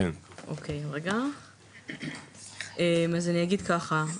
אני אגיד ככה,